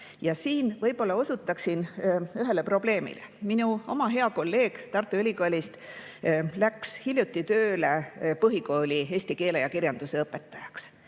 Ja siin võib-olla osutaksin ühele probleemile. Minu hea kolleeg Tartu Ülikoolist läks hiljuti tööle põhikooli eesti keele ja kirjanduse õpetajaks.